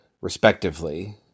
respectively